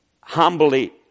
Humbly